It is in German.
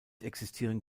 existieren